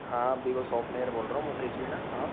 हाँ Vivo shop owner बोल रहा हूँ मुकेश मीणा आप